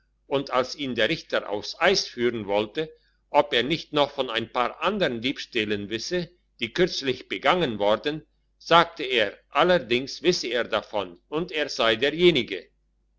und als ihn der richter aufs eis führen wollte ob er nicht noch von ein paar andern diebstählen wisse die kürzlich begangen worden sagte er allerdings wisse er davon und er sei derjenige